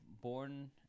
born